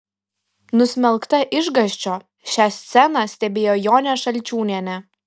nusmelkta išgąsčio šią sceną stebėjo jonė šalčiūnienė